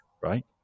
right